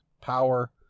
power